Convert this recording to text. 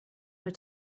were